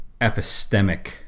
epistemic